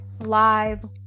Live